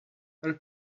are